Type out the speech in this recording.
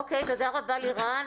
תודה רבה, לירן.